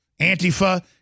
Antifa